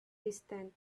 distant